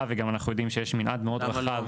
וגם אנחנו יודעים שיש מנעד מאוד רחב --- למה?